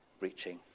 reaching